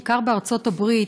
בעיקר בארצות-הברית,